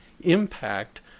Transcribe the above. impact